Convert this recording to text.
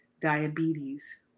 diabetes